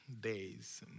days